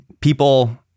people